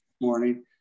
morning